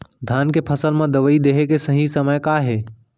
धान के फसल मा दवई देहे के सही समय का हे?